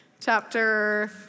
chapter